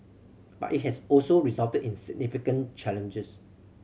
but it has also resulted in significant challenges